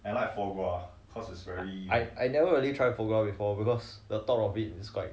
I I never really try foie gras before because the top of it is quite